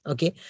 Okay